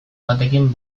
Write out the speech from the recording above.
batekin